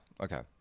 okay